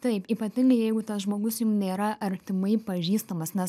taip ypatingai jeigu tas žmogus jum nėra artimai pažįstamas nes